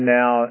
now